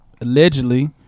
allegedly